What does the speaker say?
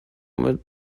mit